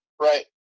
right